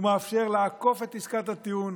הוא מאפשר לעקוף את עסקת הטיעון,